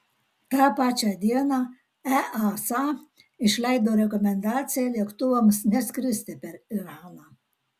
tą pačią dieną easa išleido rekomendaciją lėktuvams neskristi per iraną